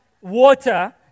water